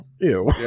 ew